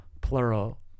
plural